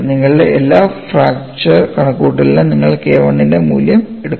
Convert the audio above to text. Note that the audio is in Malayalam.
നിങ്ങളുടെ എല്ലാ ഫ്രാക്ചർ കണക്കുകൂട്ടലിനും നിങ്ങൾ K I ന്റെ മൂല്യം എടുക്കും